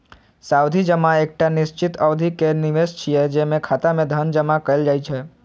सावधि जमा एकटा निश्चित अवधि के निवेश छियै, जेमे खाता मे धन जमा कैल जाइ छै